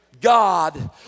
God